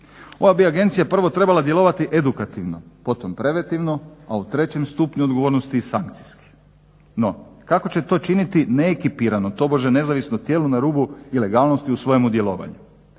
Ova bi agencija prvo trebala djelovati edukativno, potom preventivno, a u trećem stupnju odgovornosti i sankcijski. No, kako će to činiti neekipirano, tobože nezavisno tijelo na rubu ilegalnosti u svojemu djelovanju?